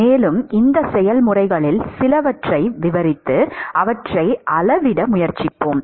மேலும் இந்த செயல்முறைகளில் சிலவற்றை விவரித்து அவற்றை அளவிட முயற்சிப்போம்